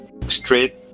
straight